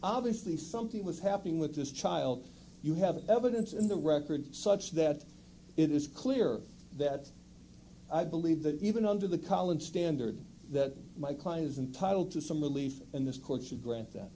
obviously something was happening with this child you have the evidence in the record such that it is clear that i believe that even under the collins standard that my client is entitled to some relief and this court should grant that